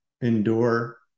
endure